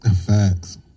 Facts